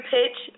Pitch